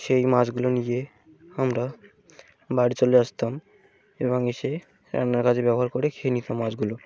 সেই মাছগুলো নিয়ে আমরা বাড়ি চলে আসতাম এবং এসে রান্নার কাজে ব্যবহার করে খেয়ে নিতাম মাছগুলো